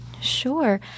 Sure